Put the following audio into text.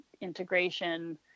integration